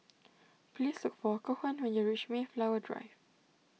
please look for Cohen when you reach Mayflower Drive